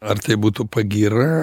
ar tai būtų pagyra